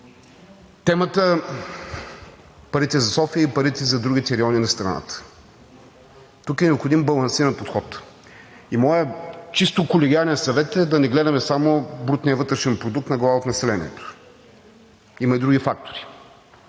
Темата – парите за София и парите за другите райони на страната. Тук е необходим балансиран подход и моят чисто колегиален съвет е да не гледаме само брутния вътрешен продукт на глава от населението. Има и други фактори,